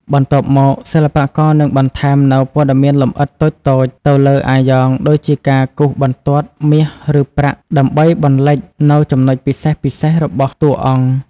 បន្ទាប់មក សិល្បករនឹងបន្ថែមនូវព័ត៌មានលម្អិតតូចៗទៅលើអាយ៉ងដូចជាការគូសបន្ទាត់មាសឬប្រាក់ដើម្បីបន្លិចនូវចំណុចពិសេសៗរបស់តួអង្គ។